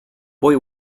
boy